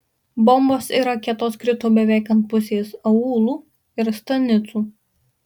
bombos ir raketos krito beveik ant pusės aūlų ir stanicų